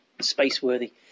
space-worthy